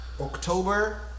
october